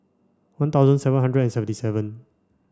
one thousand seven hundred and seventy seven